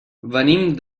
venim